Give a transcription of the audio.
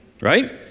right